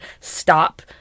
stop